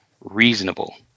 reasonable